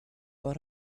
but